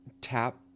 tap